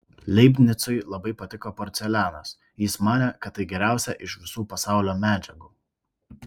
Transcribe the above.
leibnicui labai patiko porcelianas jis manė kad tai geriausia iš visų pasaulio medžiagų